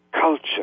culture